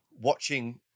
watching